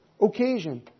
occasion